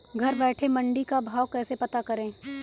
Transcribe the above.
घर बैठे मंडी का भाव कैसे पता करें?